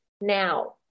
now